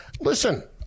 Listen